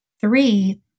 three